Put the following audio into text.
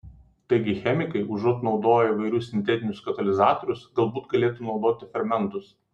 taigi chemikai užuot naudoję įvairius sintetinius katalizatorius galbūt galėtų naudoti fermentus